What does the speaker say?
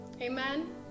amen